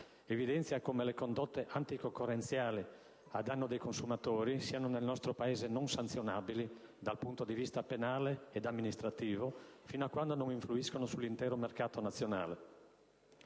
purtroppo le condotte anticoncorrenziali ai danni dei consumatori rimangono, nel nostro Paese, non sanzionabili dal punto di vista penale e amministrativo, fino a quando non influiscono sull'intero mercato nazionale.